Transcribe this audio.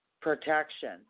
protection